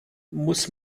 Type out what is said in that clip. muss